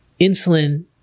insulin